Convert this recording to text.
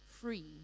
free